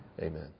Amen